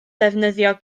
defnyddio